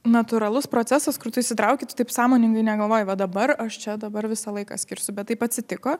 natūralus procesas kur tu įsitrauki tu taip sąmoningai negalvoji va dabar aš čia dabar visą laiką skirsiu bet taip atsitiko